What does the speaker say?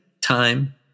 time